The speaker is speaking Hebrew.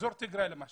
באזור טיגרי למשל